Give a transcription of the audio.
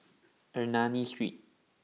Ernani Street